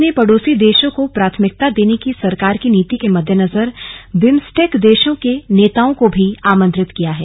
भारत ने पड़ोसी देशों को प्राथमिकता देने की सरकार की नीति के मद्देनजर बिम्स्टेक देशों के नेताओं को भी आमंत्रित किया है